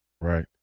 right